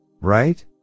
right